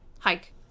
hike